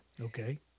Okay